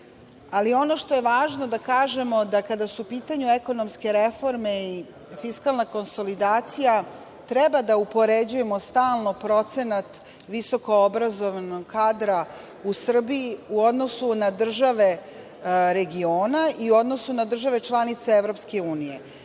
ono što je važno da kažemo je da, kada su u pitanju ekonomske reforme i fiskalna konsolidacija, treba da upoređujemo stalno procenat visokoobrazovanog kadra u Srbiji u odnosu na države regiona i u odnosu na države članice Evropske unije.